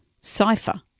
cipher